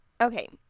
Okay